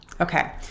Okay